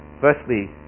Firstly